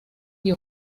die